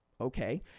Okay